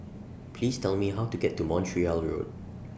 Please Tell Me How to get to Montreal Road